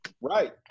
right